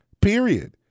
Period